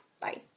Bye